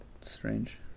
strange